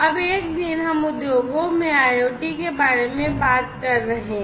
अब एक दिन हम उद्योगों में IoT के बारे में बात कर रहे हैं